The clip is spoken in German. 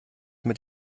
mit